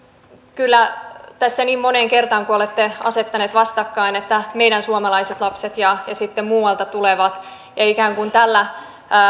kyllä tässä niin moneen kertaan kun olette asettaneet vastakkain meidän suomalaiset lapset ja sitten muualta tulevat ja ikään kuin tällä